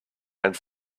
and